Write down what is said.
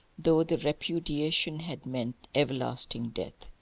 though the repudiation had meant everlasting death.